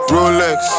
Rolex